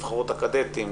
נבחרות הקדטים,